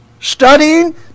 studying